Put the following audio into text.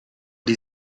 die